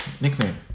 nickname